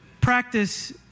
practice